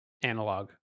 analog